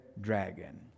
dragon